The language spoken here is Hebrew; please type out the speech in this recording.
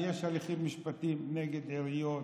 ויש הליכים משפטיים של עיריות,